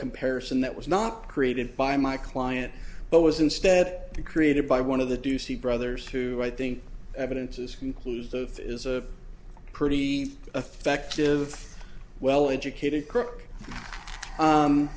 comparison that was not created by my client but was instead created by one of the do see brothers who i think evidence is conclusive is a pretty effective well educated